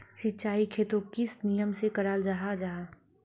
सिंचाई खेतोक किस नियम से कराल जाहा जाहा?